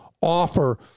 offer